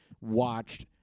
watched